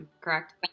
correct